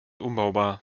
umbaubar